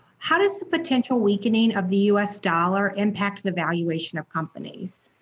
how does the potential weakening of the us dollar impact the valuation of companies?